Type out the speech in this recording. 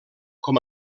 com